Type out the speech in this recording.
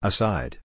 Aside